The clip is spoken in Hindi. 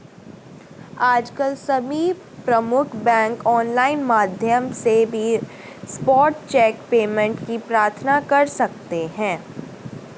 आजकल सभी प्रमुख बैंक ऑनलाइन माध्यम से भी स्पॉट चेक पेमेंट की प्रार्थना कर सकते है